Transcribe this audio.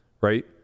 right